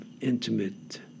intimate